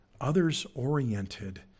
others-oriented